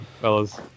fellas